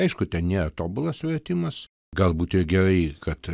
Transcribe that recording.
aišku ten nėra tobulas vertimas galbūt ir gerai kad